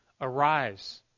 arise